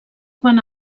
quant